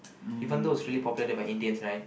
even though it's really popular among Indians right